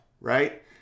Right